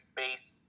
base